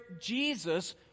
Jesus